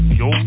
yo